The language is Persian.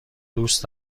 دوست